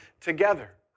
together